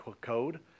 code